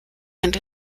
and